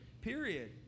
Period